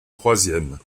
troisième